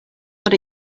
what